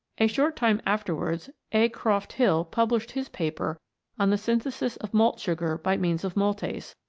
a short time afterwards a. croft hill published his paper on the synthesis of malt sugar by means of maltase,